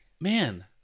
Man